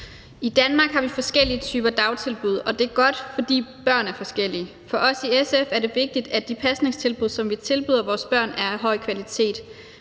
I Danmark har vi forskellige typer af dagtilbud, og det er godt, for børn er forskellige. For os i SF er det vigtigt, at de pasningstilbud, som vi tilbyder vores børn, er af høj kvalitet,